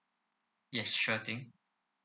yes sure thing